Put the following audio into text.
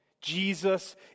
Jesus